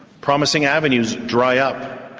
promising avenues dry up,